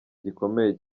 gikomeye